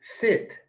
sit